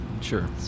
Sure